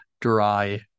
dry